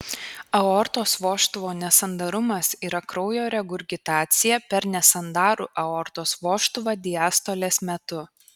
aortos vožtuvo nesandarumas yra kraujo regurgitacija per nesandarų aortos vožtuvą diastolės metu